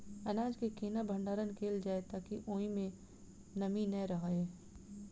अनाज केँ केना भण्डारण कैल जाए ताकि ओई मै नमी नै रहै?